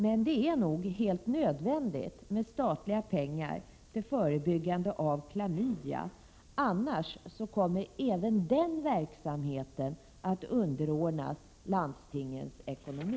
Men det är nog helt nödvändigt med statliga pengar till förebyggande verksamhet beträffande klamydia. Annars kommer även den verksamheten att underordnas landstingens ekonomi.